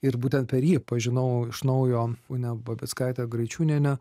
ir būtent per jį pažinau iš naujo unę babickaitę graičiūnienę